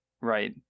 right